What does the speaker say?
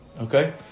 Okay